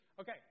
Okay